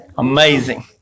Amazing